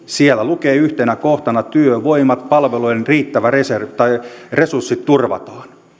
siellä lukee yhtenä kohtana työvoimapalvelujen riittävät resurssit turvataan